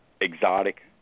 exotic